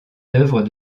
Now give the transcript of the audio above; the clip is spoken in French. d’œuvre